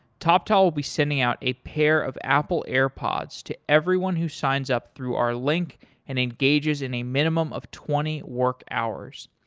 toptal will be sending out a pair of apple airpods to everyone who signs up through our link and engages in a minimum of twenty work hours.